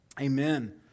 amen